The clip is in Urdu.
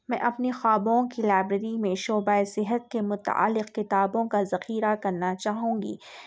میں اپنی خوابوں کی لائبریری میں شعبہ صحت کے متعلق کتابوں کا ذخیرہ کرنا چاہوں گی